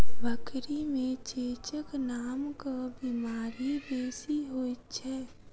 बकरी मे चेचक नामक बीमारी बेसी होइत छै